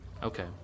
Okay